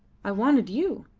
i wanted you.